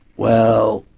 well,